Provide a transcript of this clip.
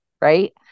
right